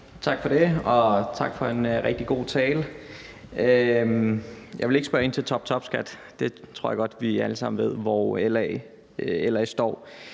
Tak for det, og tak for en rigtig god tale. Jeg vil ikke spørge ind til toptopskat. Der tror jeg godt vi alle sammen ved hvor LA står.